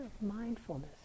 mindfulness